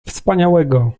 wspaniałego